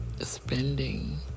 spending